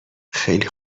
خیلی